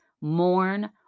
mourn